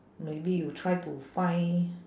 maybe you try to find